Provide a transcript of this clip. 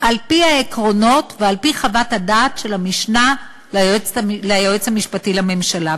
על-פי העקרונות ועל-פי חוות הדעת של המשנה ליועץ המשפטי לממשלה.